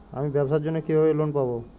আমি ব্যবসার জন্য কিভাবে লোন পাব?